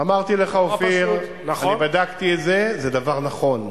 אמרתי לך: אופיר, אני בדקתי את זה, זה דבר נכון.